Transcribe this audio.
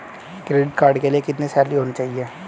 Credit card के लिए कितनी सैलरी होनी चाहिए?